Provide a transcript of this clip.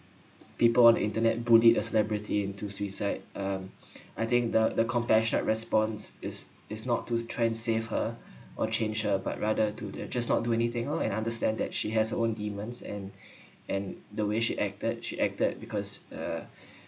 people on internet bullied a celebrity into suicide um I think the the compassionate response is is not to try and save her or change her but rather to uh just not do anything oh and understand that she has her own demons and and the way she acted she acted because uh